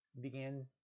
began